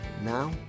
Now